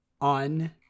on